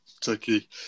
Turkey